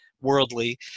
worldly